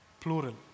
Plural